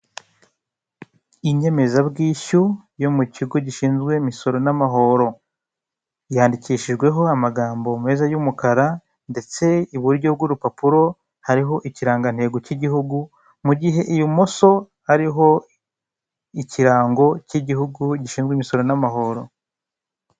Inyemezabyishyu yo mu kigo gishinzwe imisoro n'amahoro, yandikishijweho amagambo meza y'umukara ndetse iburyo bw'urupapuro hariho ikirangantego k'igihugu, mu gihe ibumoso hariho ikirango k'ikigo gishinzwe imisoro n'amahoro.